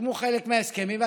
ייחתמו חלק מההסכמים.